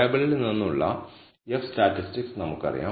ടേബിളിൽ നിന്നുള്ള F statistics നമുക്കറിയാം